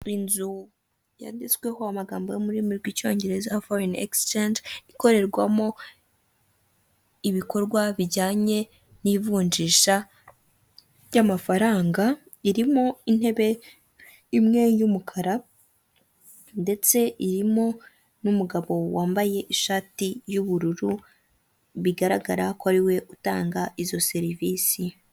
Inzu yanditsweho amagambo yo mu rurimi rw'icyongereza foreni ekisicenji, ikorerwamo ibikorwa bijyanye n'ivunjisha ry'amafaranga, irimo intebe imwe y'umukara ndetse irimo n'umugabo wambaye ishati y'ubururu, bigaragara ko ariwe utanga izo serivisi.